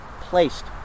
placed